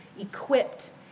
equipped